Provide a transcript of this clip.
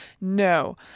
no